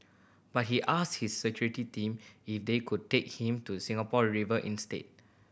but he asked his security team if they could take him to Singapore River instead